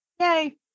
yay